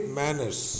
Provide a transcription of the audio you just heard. manners